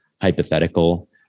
hypothetical